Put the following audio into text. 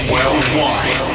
Worldwide